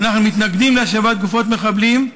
אנחנו מתנגדים להשבת גופות מחבלים,